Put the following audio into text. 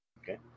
Okay